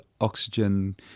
oxygen